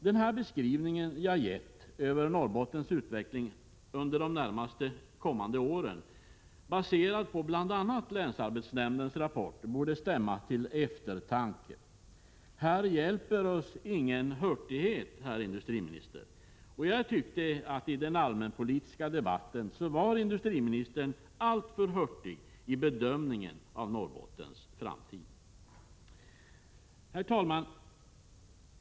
Den beskrivning jag gett över Norrbottens utveckling de närmaste åren — baserad på bl.a. länsarbetsnämndens rapport — borde stämma till eftertanke. Här hjälper oss inte hurtighet, herr industriminister. Jag tyckte nog att industriministern i den allmänpolitiska debatten var alltför hurtig i sin bedömning av Norrbottens framtid. Herr talman!